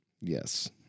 Yes